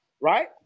Right